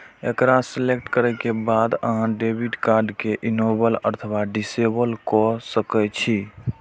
एकरा सेलेक्ट करै के बाद अहां डेबिट कार्ड कें इनेबल अथवा डिसेबल कए सकै छी